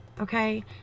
okay